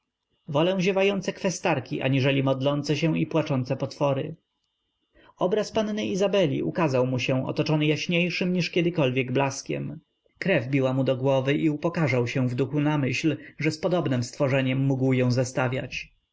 wolę ziewające kwestarki niżeli modlące się i płaczące potwory obraz panny izabeli ukazał mu się otoczony jaśniejszym niż kiedykolwiek blaskiem krew biła mu do głowy i upokarzał się w duchu na myśl że z podobnem stworzeniem mógł ją zestawiać